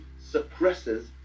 suppresses